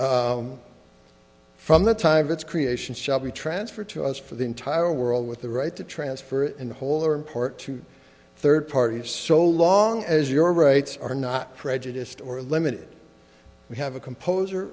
do from the time of its creation shall be transferred to us for the entire world with the right to transfer in whole or in part to third parties so long as your rights are not prejudiced or limited we have a composer